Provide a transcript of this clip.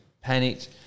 panicked